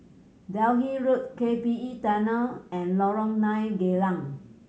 Delhi Road K P E Tunnel and Lorong Nine Geylang